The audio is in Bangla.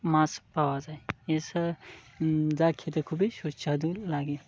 মাছ পাওয়া যায় এ সব যা খেতে খুবই সুস্বাদু লাগে